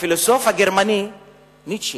הפילוסוף הגרמני ניטשה,